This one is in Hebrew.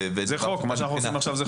מה שאנחנו עכשיו זה חוק.